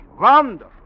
wonderful